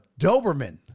Doberman